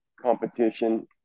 competition